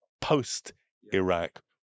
post-Iraq